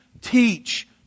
teach